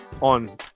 on